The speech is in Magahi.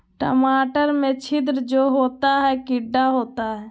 टमाटर में छिद्र जो होता है किडा होता है?